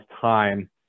time